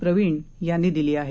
प्रवीण यांनी दिली आहे